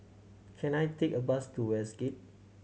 can I take a bus to Westgate